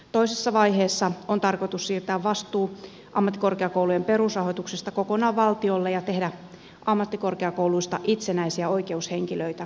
toisessa vaiheessa on tarkoitus siirtää vastuu ammattikorkeakoulujen perusrahoituksesta kokonaan valtiolle ja tehdä ammattikorkeakouluista itsenäisiä oikeushenkilöitä